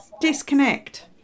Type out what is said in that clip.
disconnect